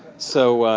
so,